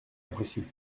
imprécis